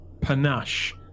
panache